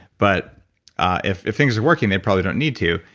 but ah if if things are working, they probably don't need to,